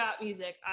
music